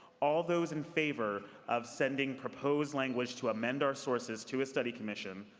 all those in favor of sending proposed language to amend our sources to a study commission,